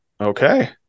Okay